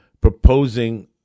proposing